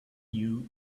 new